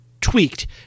tweaked